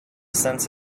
sense